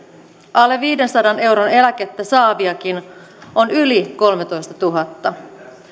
alle viidensadan euron eläkettä saaviakin on yli kolmetoistatuhatta